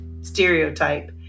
stereotype